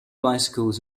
bicycles